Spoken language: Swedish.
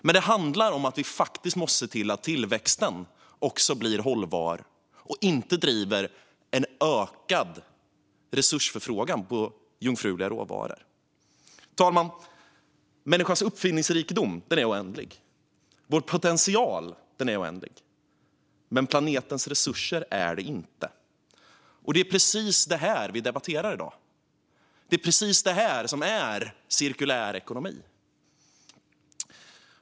Men det handlar om att vi faktiskt måste se till att tillväxten också blir hållbar och inte driver en ökad resursefterfrågan på jungfruliga råvaror. Fru talman! Människans uppfinningsrikedom är oändlig. Vår potential är oändlig. Men planetens resurser är det inte. Det är precis detta vi debatterar i dag. Det är precis detta som är cirkulär ekonomi.